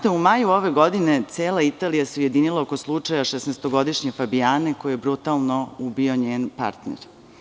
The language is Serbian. U maju ove godine cela Italija se ujedinila oko slučaja šesnaestogodišnje Fabijane koju je brutalno ubio njen partner.